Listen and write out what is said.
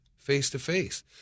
face-to-face